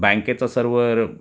बँकेचा सर्वर